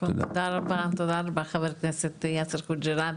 תודה רבה חבר הכנסת יאסר חוג'יראת.